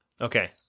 Okay